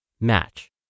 match